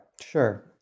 sure